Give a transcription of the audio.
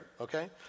okay